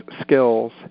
skills